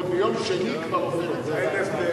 ועוד ביום שני כבר עוזב את זה, אין הבדל.